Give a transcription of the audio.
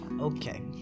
Okay